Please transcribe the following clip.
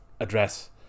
address